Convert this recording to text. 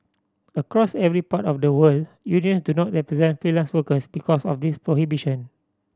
across every part of the world unions do not represent freelance workers because of this prohibition